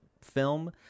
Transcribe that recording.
film